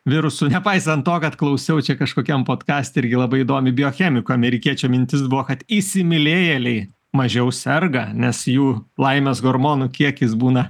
virusų nepaisant to kad klausiau čia kažkokiam podkaste irgi labai įdomi biochemiko amerikiečio mintis buvo kad įsimylėjėliai mažiau serga nes jų laimės hormonų kiekis būna